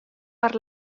per